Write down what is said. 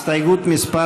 הסתייגות מס'